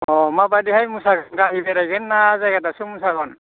अ माबायदिहाय मोसागोन गामि बेरायगोन ना जायगादाबसेआव मोसागोन